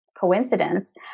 coincidence